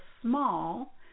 small